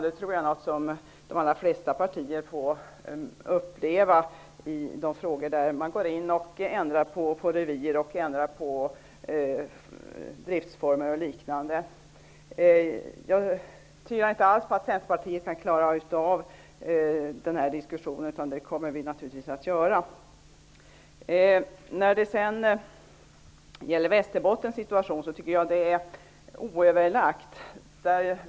Det tror jag är något som de allra flesta partier får uppleva i de frågor där man går in och ändrar revir, driftsformer och liknande. Jag tvivlar inte alls på att Centerpartiet kan klara av den här diskussionen. Det kommer vi naturligtvis att göra. När det gäller Västerbottens situation tycker jag att man handlar oöverlagt.